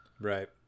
Right